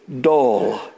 dull